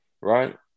right